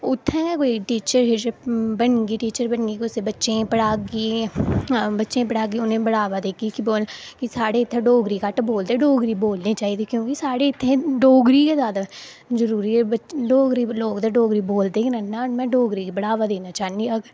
उत्थै गै कोई टीचर बनगी टीचर बनगी कुसै बच्चें गी पढ़ागी उ'नें गी बढ़ावा देगी कि साढ़े इत्थें डोगरी घट्ट बोलदे कि डोगरी बोलनी चाहिदी क्योंकि साढ़े इत्थें डोगरी गै ज्यादा जरूरी ऐ बच्चे डोगरी ते लोग बोलदे गै नेईं हैन में डोगरी गी बढ़ावा देना चाह्न्नीं अगर